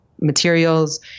materials